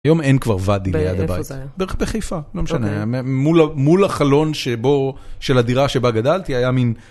היום אין כבר ואדי ליד הבית. איפה זה היה? בחיפה, לא משנה, מול מול החלון של הדירה שבה גדלתי היה מין...